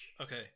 Okay